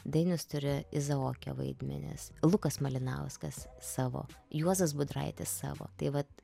dainius turi izaoke vaidmenis lukas malinauskas savo juozas budraitis savo tai vat